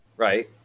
Right